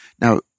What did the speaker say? Now